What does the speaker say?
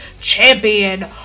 Champion